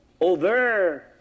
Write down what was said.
over